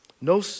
No